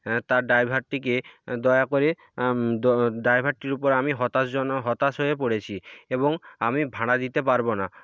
হ্যাঁ তার ড্রাইভারটিকে দয়া করে ড্রাইভারটির উপর আমি হতাশজনক হতাশ হয়ে পড়েছি এবং আমি ভাড়া দিতে পারব না